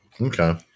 Okay